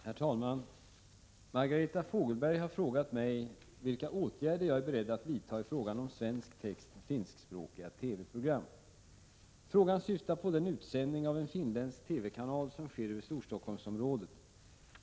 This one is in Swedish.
Herr talman! Margareta Fogelberg har frågat mig vilka åtgärder jag är beredd att vidta i frågan om svensk text till finskspråkiga TV-program. Frågan syftar på den utsändning av en finländsk TV-kanal som sker över Storstockholmsområdet.